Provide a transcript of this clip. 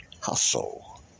hustle